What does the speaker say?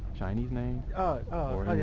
chinese name or